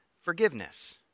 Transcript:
forgiveness